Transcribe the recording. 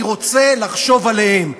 אני רוצה לחשוב עליהם.